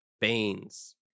Baines